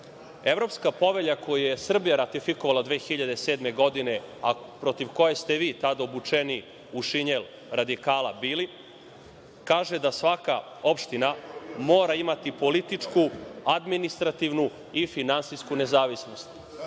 zemljama. Evropska povelja koju je Srbija ratifikovala 2007. godine, protiv koje ste vi tada obučeni u šinjel radikala bili, kaže da svaka opština mora imati političku, administrativnu i finansijsku nezavisnost.